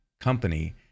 company